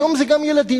היום זה גם ילדים.